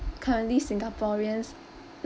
currently singaporeans